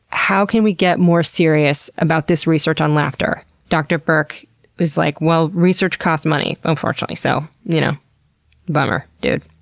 how can we get more serious about this research on laughter? dr. berk is like, well, research costs money, unfortunately. so, y'know. bummer, dude.